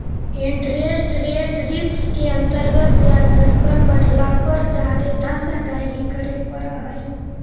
interest rate risk के अंतर्गत ब्याज दर बढ़ला पर जादे धन अदायगी करे पड़ऽ हई